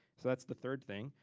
so that's the third thing.